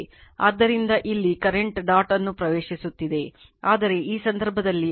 ಆದ್ದರಿಂದ ಇಲ್ಲಿ current dot ಅನ್ನು ಪ್ರವೇಶಿಸುತ್ತಿದೆ ಆದರೆ ಈ ಸಂದರ್ಭದಲ್ಲಿ i2 ಕರೆಂಟ್ ವಾಸ್ತವವಾಗಿ ಡಾಟ್ ಅನ್ನು ಬಿಡುತ್ತದೆ